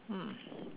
hmm